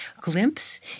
glimpse